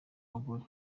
bagore